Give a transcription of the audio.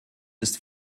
ist